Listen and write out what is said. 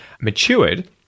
matured